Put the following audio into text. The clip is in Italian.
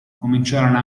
cominciarono